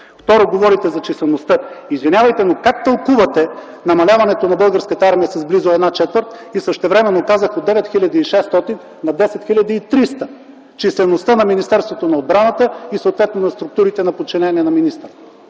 Второ, говорите за числеността. Извинявайте, но как тълкувате намаляването на българската армия с близо една четвърт и същевременно казах, от 9600 на 10 300 – числеността на Министерството на отбраната и съответно на структурите на подчинение на министъра?